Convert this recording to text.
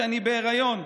שאני בהיריון.